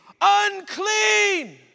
unclean